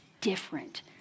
different